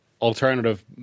alternative